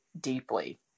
deeply